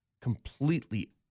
completely